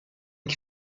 que